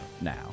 now